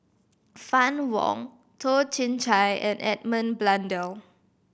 Fann Wong Toh Chin Chye and Edmund Blundell